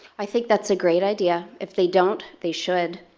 i think that's a great idea. if they don't, they should.